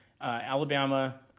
Alabama